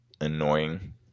annoying